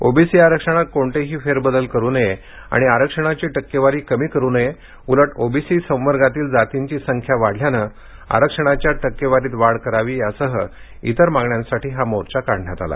OBC आरक्षणात कोणतेही फेरबदल करु नये आणि आरक्षणाची टक्केवारी कमी करुन नये उलट ओबीसी संवर्गातील जातींची संख्या वाढल्यानं आरक्षणाच्या टक्केवारीत वाढ करावी यासह इतर मागण्यांसाठी हा मोर्चा काढण्यात आला